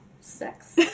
sex